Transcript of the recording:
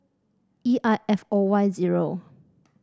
E I F O Y zero